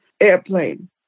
airplane